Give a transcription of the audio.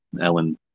Ellen